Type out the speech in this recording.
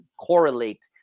correlate